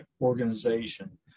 organization